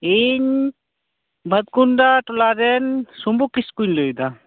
ᱤᱧ ᱵᱷᱟᱛᱠᱩᱱᱰᱟ ᱴᱚᱞᱟᱨᱮᱱ ᱥᱩᱢᱵᱩ ᱠᱤᱥᱠᱩᱧ ᱞᱟᱹᱭᱮᱫᱟ